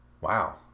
Wow